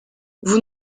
vous